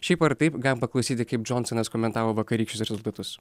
šiaip ar taip galim paklausyti kaip džonsonas komentavo vakarykščius rezultatus